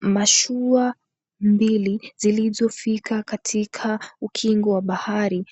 Mashua mbili zilizofika katika ukingo wa bahari,